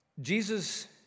Jesus